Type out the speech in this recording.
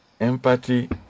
empathy